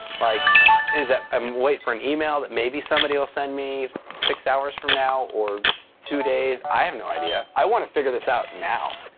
like is that i mean waiting for an email that maybe somebody will send me six hours from now or two days? i have no idea. i want to figure this out now.